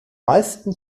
meisten